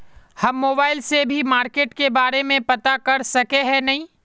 हम मोबाईल से भी मार्केट के बारे में पता कर सके है नय?